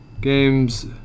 games